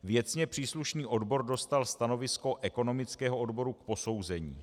Věcně příslušný odbor dostal stanovisko ekonomického odboru k posouzení.